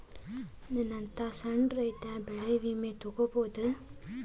ನನ್ನಂತಾ ಸಣ್ಣ ರೈತ ಬೆಳಿ ವಿಮೆ ತೊಗೊಬೋದ?